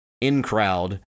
in-crowd